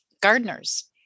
gardeners